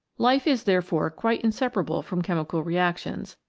life is, therefore, quite inseparable from chemical reactions,